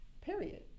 period